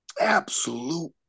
Absolute